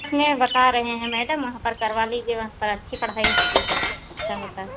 साथ में बता रहे हैं मैडम वहाँ पर करवा लीजिए वहाँ अच्छी पढ़ाई होती है अच्छा होता है